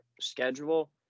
schedule